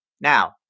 Now